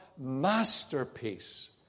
masterpiece